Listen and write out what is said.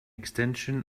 extension